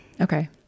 Okay